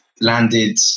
landed